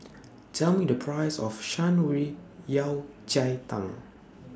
Tell Me The Price of Shan Rui Yao Cai Tang